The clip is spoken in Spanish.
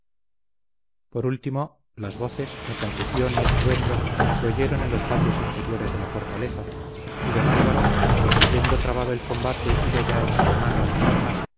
por último las voces la confusión y estruendo se oyeron en los patios interiores de la fortaleza y don álvaro que creyendo trabado el combate iba ya a echar mano a sus armas